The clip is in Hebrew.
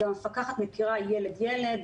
גם המפקחת מכירה ילד-ילד,